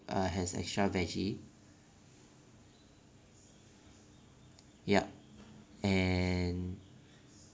uh has extra veggie yup and